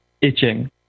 itching